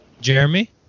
Jeremy